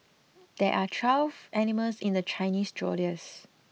there are twelve animals in the Chinese Zodiac